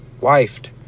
wifed